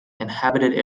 inhabited